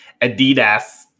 Adidas